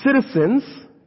Citizens